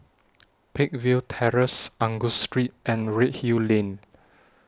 Peakville Terrace Angus Street and Redhill Lane